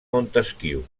montesquiu